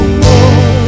more